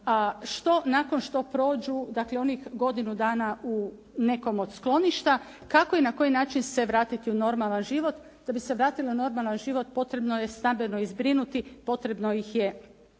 što nakon što prođu dakle onih godinu dana u nekom od skloništa, kako i na koji način se vratiti u normalan život. Da bi se vratili u normalan život potrebno je stambeno ih zbrinuti, potrebno ih je